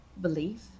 belief